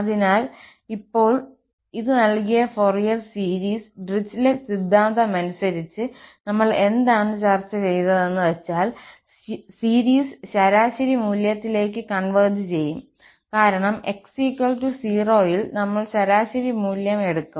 അതിനാൽ ഇപ്പോൾ ഇത് നൽകിയ ഫോറിയർ സീരീസ് ഡിറിച്ലെറ്റ് സിദ്ധാന്തമനുസരിച് നമ്മൾ എന്താണ് ചർച്ച ചെയ്തെന്ന് വച്ചാൽ സീരീസ് ശരാശരി മൂല്യത്തിലേക്ക് കൺവെർജ് ചെയ്യും കാരണം x 0 ൽ നമ്മൾ ശരാശരി മൂല്യം എടുക്കും